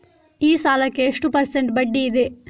ಈ ಸಾಲಕ್ಕೆ ಎಷ್ಟು ಪರ್ಸೆಂಟ್ ಬಡ್ಡಿ ಇದೆ?